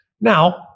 Now